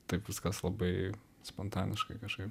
taip viskas labai spontaniškai kažkaip